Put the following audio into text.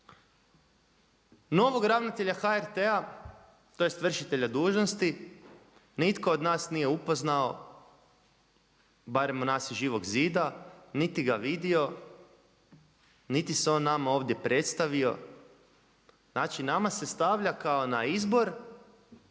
Novog ravnatelja HRT-a tj. vršitelja dužnosti, nitko od nas nije upoznao, barem od nas iz Živog zida, niti ga vidio, niti se nama ovdje predstavio. Znači nama se stavlja kao na izbor